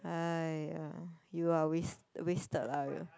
!aiya! you are waste wasted lah